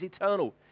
eternal